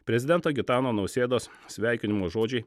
prezidento gitano nausėdos sveikinimo žodžiai